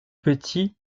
petits